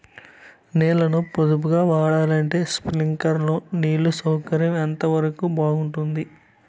నీళ్ళ ని పొదుపుగా వాడాలంటే స్ప్రింక్లర్లు నీళ్లు సౌకర్యం ఎంతవరకు బాగుంటుంది?